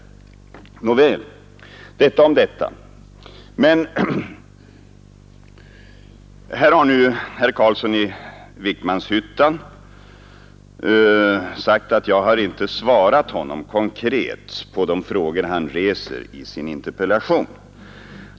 Nåväl, detta om detta. Här har nu herr Carlsson i Vikmanshyttan sagt att jag inte svarat honom konkret på de frågor han ställer i sin interpellation.